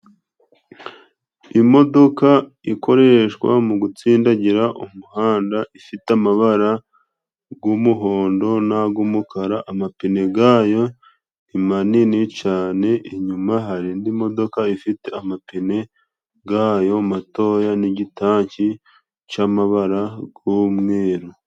Imodoka ikoreshwa mu gutsindagira umuhanda，ifite amabara g'umuhondo n'ag'umukara， amapine，gayo ni manini cane，inyuma hari indi modoka ifite amapine gayo matoya， n'igitanki c'amabara g'umweru.